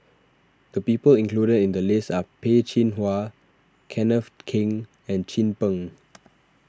the people included in the list are Peh Chin Hua Kenneth Keng and Chin Peng